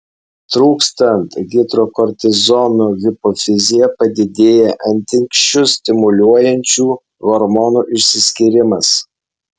trūkstant hidrokortizono hipofizyje padidėja antinksčius stimuliuojančių hormonų išsiskyrimas